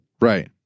Right